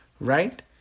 right